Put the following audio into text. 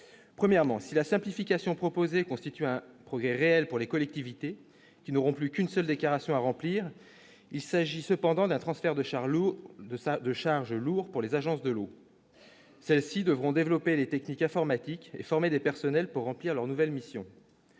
premièrement si la simplification proposée constitue un progrès réel pour les collectivités qui n'auront plus qu'une seule déclaration à remplir, il s'agit cependant d'un transfert de chars lourds de de charges lourd pour les agences de l'eau. Celles-ci devront développer les techniques informatiques et former des personnels pour remplir leurs nouvelles missions.